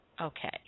Okay